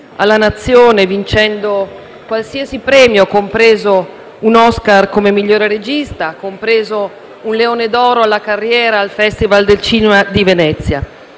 alla Nazione, vincendo qualsiasi premio, compresi un Oscar come migliore regista e un Leone d'oro alla carriera al Festival del cinema di Venezia.